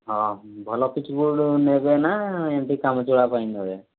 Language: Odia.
ହଁ ଭଲ ପିଚ୍ ବୋର୍ଡ଼ ନେବେନା ଏମିତି କାମ ଚଳା ପାଇଁ ନେବେ